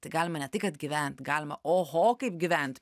tai galime ne tai kad gyvent galima oho kaip gyvent